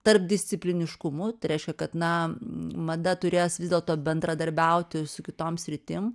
tarpdiscipliniškumu tai reiškia kad na mada turės vis dėlto bendradarbiauti su kitom sritim